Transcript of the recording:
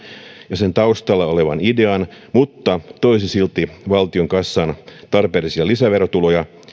ja sen taustalla olevan idean mutta toisi silti valtion kassaan tarpeellisia lisäverotuloja